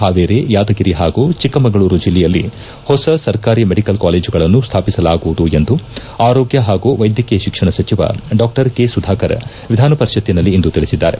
ಹಾವೇರಿ ಯಾದಗಿರಿ ಹಾಗೂ ಚಿಕ್ಕಮಗಳೂರು ಜಿಲ್ಲೆಯಲ್ಲಿ ಹೊಸ ಸರ್ಕಾರಿ ಮೆಡಿಕಲ್ ಕಾಲೇಜುಗಳನ್ನು ಸ್ಥಾಪಿಸಲಾಗುವುದು ಎಂದು ಆರೋಗ್ಯ ಹಾಗೂ ವೈದ್ಯಕೀಯ ಶಿಕ್ಷಣ ಸಚಿವ ವಿಧಾನಪರಿಷತ್ತಿನಲ್ಲಿಂದು ತಿಳಿಸಿದ್ದಾರೆ